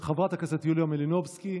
חברת הכנסת יוליה מלינובסקי,